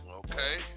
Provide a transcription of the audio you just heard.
okay